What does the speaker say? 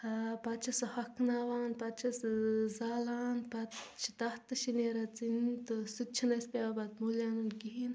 ٲں پتہٕ چھِ سُہ ہۄکھناوان پتہِ چھِ سُہ زالان پتہِ چھِ تتھ تہِ چھِ نیران ژٕنہِ تہٕ سُہ تہِ چھِنہِ اسہِ پیٚوان مٔلۍ انُن کِہیٖنۍ